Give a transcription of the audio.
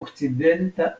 okcidenta